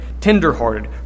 tenderhearted